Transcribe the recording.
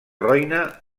roine